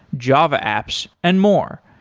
java apps and more.